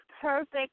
perfect